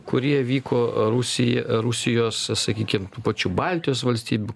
kurie vyko rusija rusijos sakykim pačių baltijos valstybių